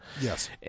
Yes